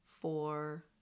four